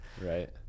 Right